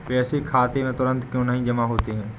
पैसे खाते में तुरंत क्यो नहीं जमा होते हैं?